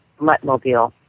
Muttmobile